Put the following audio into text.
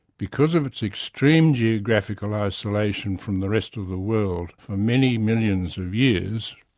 because of its extreme geographical isolation from the rest of the world for many millions of years,